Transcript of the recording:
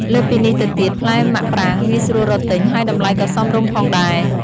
លើសពីនេះទៅទៀត ផ្លែមាក់ប្រាងងាយស្រួលរកទិញ ហើយតម្លៃក៏សមរម្យផងដែរ។